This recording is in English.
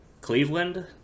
Cleveland